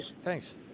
Thanks